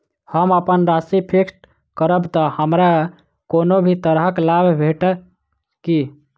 हम अप्पन राशि फिक्स्ड करब तऽ हमरा कोनो भी तरहक लाभ भेटत की?